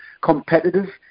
competitive